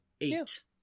eight